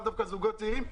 לאו דווקא זוגות צעירים,